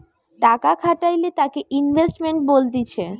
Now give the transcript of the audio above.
টাকা খাটাইলে তাকে ইনভেস্টমেন্ট বলতিছে